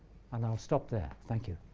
and i'll stop there. thank you.